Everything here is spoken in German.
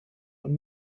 und